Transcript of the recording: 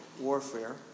warfare